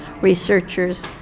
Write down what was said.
researchers